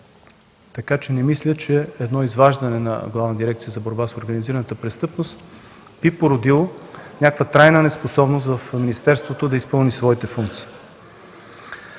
Не мисля, че изваждането на Главна дирекция „Борба с организираната престъпност” би породило някаква трайна неспособност в министерството да изпълни своите функции.